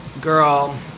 girl